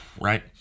right